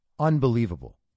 unbelievable